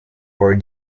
for